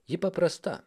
ji paprasta